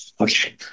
okay